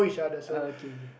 oh K K